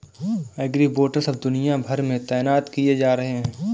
agribots अब दुनिया भर में तैनात किए जा रहे हैं